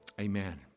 Amen